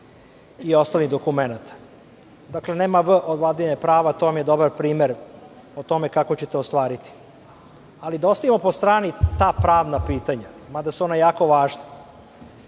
i ostalih dokumenata. Dakle, nema „v“ od vladavine prava. To vam je dobar primer o tome kako ćete ostvariti. Ali, da ostavimo po strani ta pravna pitanja, mada su ona jako važna.